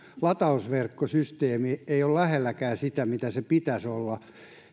latausverkkosysteemi ei ole lähelläkään sitä mitä sen pitäisi olla